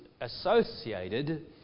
associated